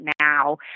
now